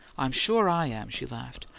i'm sure i am! she laughed.